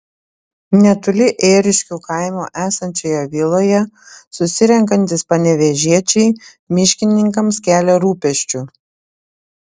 netoli ėriškių kaimo esančioje viloje susirenkantys panevėžiečiai miškininkams kelia rūpesčių